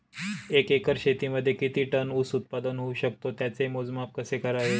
एका एकर शेतीमध्ये किती टन ऊस उत्पादन होऊ शकतो? त्याचे मोजमाप कसे करावे?